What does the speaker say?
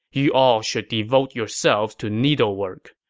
you all should devote yourselves to needlework.